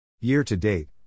Year-to-date